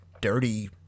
dirty